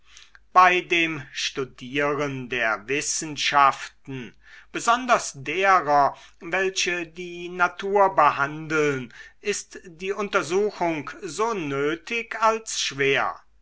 bei dem studieren der wissenschaften besonders derer welche die natur behandeln ist die untersuchung so nötig als schwer